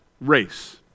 race